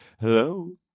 Hello